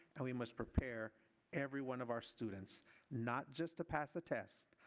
and we must prepare everyone of our students not just to pass a test.